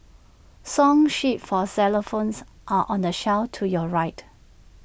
song sheets for xylophones are on the shelf to your right